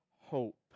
hope